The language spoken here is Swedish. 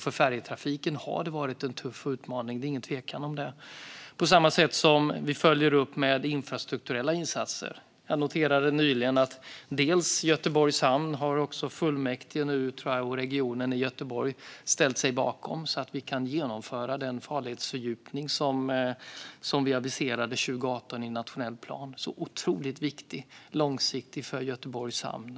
För färjetrafiken har det varit en tuff utmaning. Det är inget tvivel om det. På samma sätt följer vi upp med infrastrukturella insatser. Vad gäller Göteborgs hamn noterade jag nyligen att kommunfullmäktige och regionen ställt sig bakom den farledsfördjupning som vi aviserade 2018 i den nationella planen, så att vi kan genomföra den. Det är otroligt viktigt långsiktigt för Göteborgs hamn.